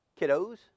Kiddos